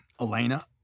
Elena